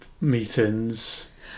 meetings